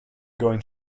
going